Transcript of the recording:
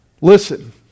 Listen